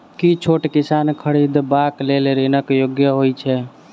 की छोट किसान खेतिहर जमीन खरिदबाक लेल ऋणक योग्य होइ छै?